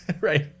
Right